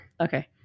Okay